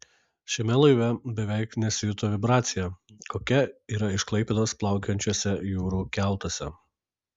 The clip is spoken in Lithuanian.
šiame laive beveik nesijuto vibracija kokia yra iš klaipėdos plaukiojančiuose jūrų keltuose